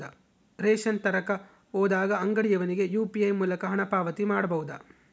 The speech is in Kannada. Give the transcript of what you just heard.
ರೇಷನ್ ತರಕ ಹೋದಾಗ ಅಂಗಡಿಯವನಿಗೆ ಯು.ಪಿ.ಐ ಮೂಲಕ ಹಣ ಪಾವತಿ ಮಾಡಬಹುದಾ?